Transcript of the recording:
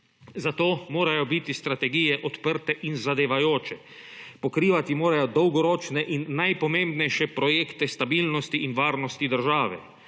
Zato morajo biti strategije odprte in zadevajoče, pokrivati morajo dolgoročne in najpomembnejše projekte stabilnosti in varnosti države,